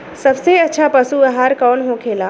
सबसे अच्छा पशु आहार कौन होखेला?